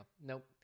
Nope